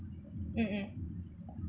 mm mm